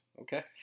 Okay